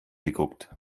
geguckt